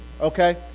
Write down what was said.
okay